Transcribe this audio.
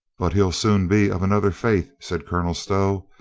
but he'll soon be of another faith, said colonel stow,